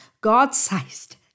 god-sized